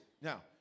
Now